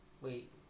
Wait